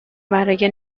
برای